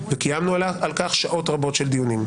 וקיימנו על כך שעות רבות של דיונים,